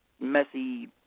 messy